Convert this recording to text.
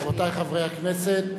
רבותי חברי הכנסת.